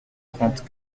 trente